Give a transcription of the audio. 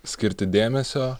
skirti dėmesio